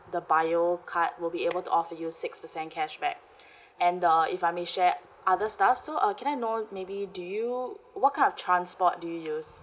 the bio card will be able to offer you six percent cashback and the if I may share other stuff so uh can I know maybe do you what kind of transport do you use